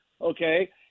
okay